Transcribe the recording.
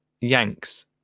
Yanks